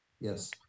Yes